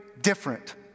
different